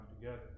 together